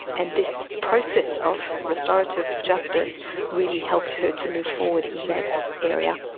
and this process of restorative justice really helped her to move forward in that area.